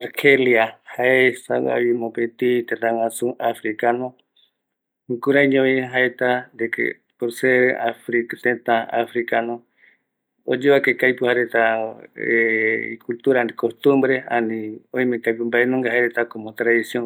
Argelia pegua retako kuareta jae oyea retano arabe, vere vere jare franceses jae jokua jaereta omboete jaereta itradicion jaeko musika, chavi jare arquitectura islamica jae jokua kua reta jae ma ome supereta jare ma guɨvia kavi reta jare jae kuareta jae